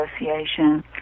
Association